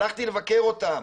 הלכתי לבקר אותם,